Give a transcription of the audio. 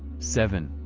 seven.